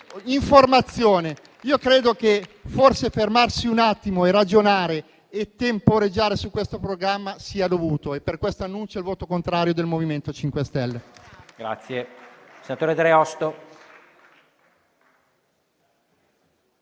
Credo che forse fermarsi un attimo per ragionare e temporeggiare su questo programma sia dovuto. Per questo annuncio il voto contrario del MoVimento 5 Stelle.